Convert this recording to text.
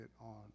on